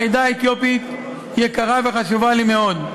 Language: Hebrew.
העדה האתיופית יקרה וחשובה לי מאוד.